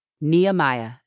Nehemiah